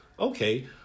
Okay